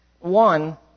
one